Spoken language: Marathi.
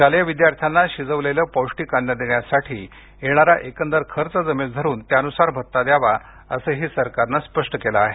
शालेय विद्यार्थ्यांना शिजवलेलं पौष्टिक अन्न देण्यासाठी येणारा एकूण खर्च जमेस धरून त्यानुसार भत्ता द्यावा असंही सरकारनं स्पष्ट केलं आहे